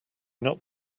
not